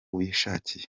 wishakiye